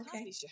Okay